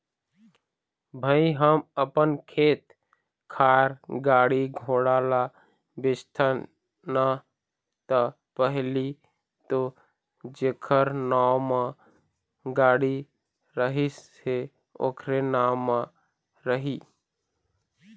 भई हम अपन खेत खार, गाड़ी घोड़ा ल बेचथन ना ता पहिली तो जेखर नांव म गाड़ी रहिस हे ओखरे नाम म रही